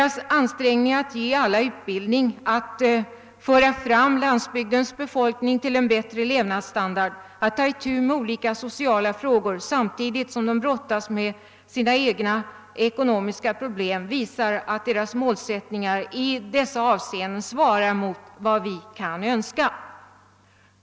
Cubas ansträngningar att ge alla utbildning, att föra fram landsbygdens befolkning till en bättre levnadsstandard, att ta itu med olika sociala frågor samtidigt som man brottas med sina egna ekonomiska problem visar att landets målsättning i dessa avseenden svarar mot vad vi kan önska.